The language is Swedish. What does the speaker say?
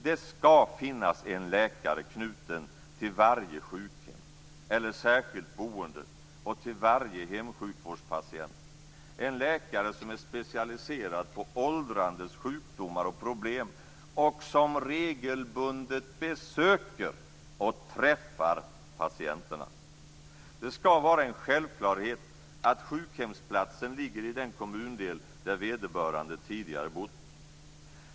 Det skall finnas en läkare knuten till varje sjukhem eller särskilt boende och till varje hemsjukvårdspatient, en läkare som är specialiserad på åldrandets sjukdomar och problem och som regelbundet besöker och träffar patienterna. Det skall vara en självklarhet att sjukhemsplatsen ligger i den kommundel där vederbörande tidigare bott.